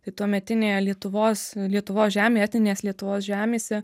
tai tuometinėje lietuvos lietuvos žemėje etninės lietuvos žemėse